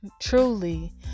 truly